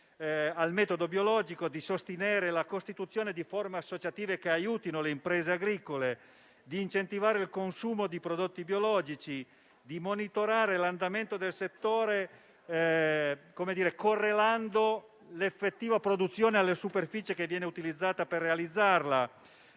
al metodo biologico e sostenere la costituzione di forme associative che aiutino le imprese agricole; incentivare il consumo di prodotti biologici; monitorare l'andamento del settore, correlando l'effettiva produzione alle superfici che vengono utilizzate per realizzarla;